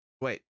wait